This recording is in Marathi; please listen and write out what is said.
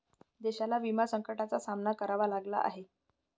देशाला विमा संकटाचा सामना करावा लागला आहे